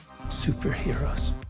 Superheroes